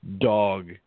dog